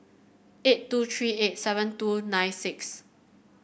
eight two three eight seven two nine six